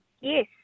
Yes